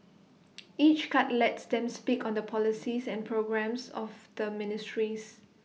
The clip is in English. each cut lets them speak on the policies and programmes of the ministries